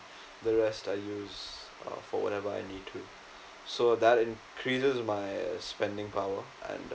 the rest I use uh for whatever I need to so that increases my spending power and